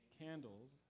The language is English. candles